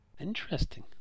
Interesting